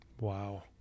Wow